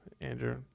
Andrew